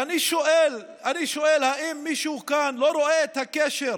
ואני שואל: האם מישהו כאן לא רואה את הקשר